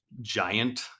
giant